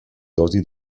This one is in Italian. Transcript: dosi